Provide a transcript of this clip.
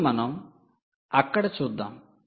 ఇప్పుడు మనం అక్కడ చూద్దాం